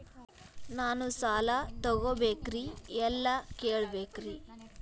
ನಾನು ಸಾಲ ತೊಗೋಬೇಕ್ರಿ ಎಲ್ಲ ಕೇಳಬೇಕ್ರಿ?